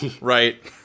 Right